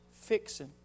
fixing